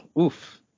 oof